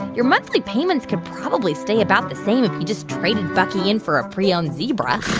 your monthly payments could probably stay about the same if you just traded bucky in for a pre-owned zebra huh?